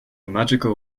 magical